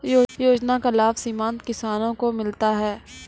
योजना का लाभ सीमांत किसानों को मिलता हैं?